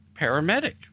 paramedic